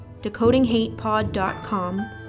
decodinghatepod.com